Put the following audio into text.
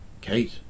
Kate